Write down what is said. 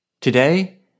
Today